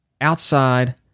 outside